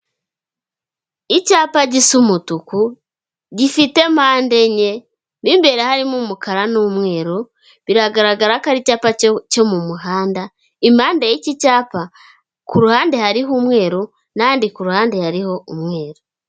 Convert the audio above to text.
Icyapa gisa umutuku gifite mpande enye, mo imbere harimo umukara n'umweru, biragaragara ko ari icyapa cyo mu muhanda, impande y'iki cyapa kuruhande hariho umweru n'handi kuruhande hariho umweru.